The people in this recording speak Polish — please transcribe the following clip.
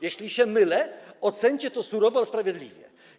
Jeśli się mylę, oceńcie to surowo, ale sprawiedliwie.